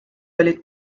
olid